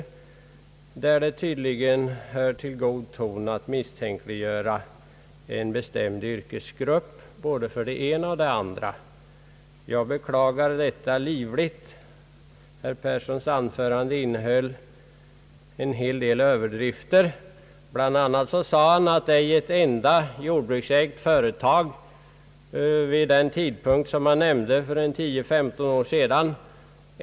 För honom hör det tydligen till god ton att misstänkliggöra en bestämd yrkesgrupp både för det ena och för det andra. Jag beklagar detta livligt. nehöll en hel del överdrifter. Bl. a. nämnde han att ej ett enda jordbruksägt företag eldade i sina anläggningar med ved för tio till femton år sedan.